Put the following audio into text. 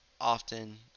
often